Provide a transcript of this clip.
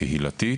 קהילתית.